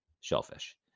shellfish